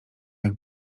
jak